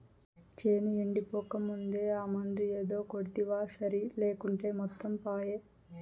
చేను ఎండిపోకముందే ఆ మందు ఏదో కొడ్తివా సరి లేకుంటే మొత్తం పాయే